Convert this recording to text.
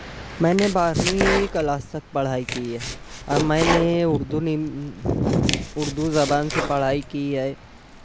میں نے بارہویں کلاس تک پڑھائی کی ہے اور میں نے اردو اردو زبان سے پڑھائی کی ہے